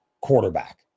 quarterback